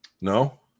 No